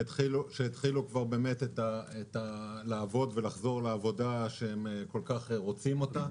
שהתחילו לחזור לעבודה שהם כל כך רוצים אותה,